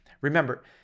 Remember